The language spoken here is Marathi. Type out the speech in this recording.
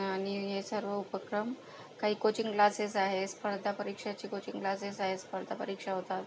आणि सर्व उपक्रम काही कोचिंग क्लासेस आहे स्पर्धा परीक्षेचे कोचिंग क्लासेस आहे स्पर्धा परीक्षा होतात